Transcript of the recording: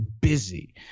busy